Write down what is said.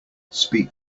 speak